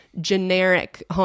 generic